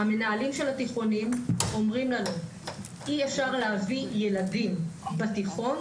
המנהלים של התיכונים אומרים לנו - אי אפשר להביא ילדים בתיכון